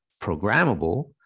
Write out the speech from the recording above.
programmable